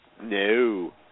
No